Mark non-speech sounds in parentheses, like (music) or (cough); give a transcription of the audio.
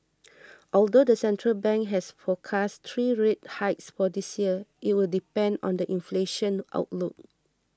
(noise) although the central bank has forecast three rate hikes for this year it will depend on the inflation outlook